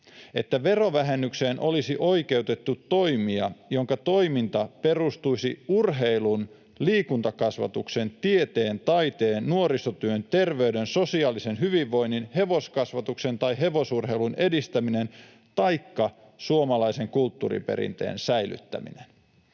että verovähennykseen olisi oikeutettu toimija, jonka toiminta perustuisi urheilun, liikuntakasvatuksen, tieteen, taiteen, nuorisotyön, terveyden, sosiaalisen hyvinvoinnin, hevoskasvatuksen tai hevosurheilun edistämiseen taikka suomalaisen kulttuuriperinteen säilyttämiseen.